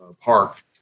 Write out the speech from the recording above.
park